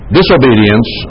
disobedience